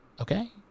Okay